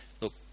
look